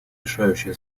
решающее